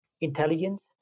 intelligence